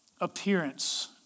appearance